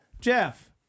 Jeff